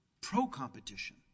pro-competition